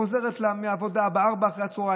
חוזרת מהעבודה בשעה 16:00,